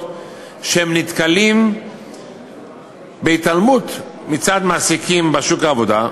שהם נתקלים בהתעלמות מצד מעסיקים בשוק העבודה,